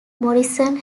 morrison